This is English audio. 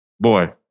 Boy